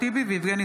מזכיר הכנסת.